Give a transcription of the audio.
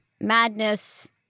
madness